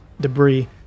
debris